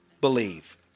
believe